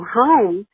home